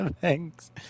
Thanks